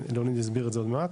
לאוניד יסביר את זה עוד מעט,